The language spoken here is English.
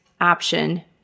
Option